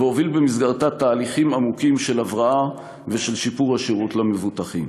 והוביל במסגרתה תהליכים עמוקים של הבראה ושל שיפור השירות למבוטחים.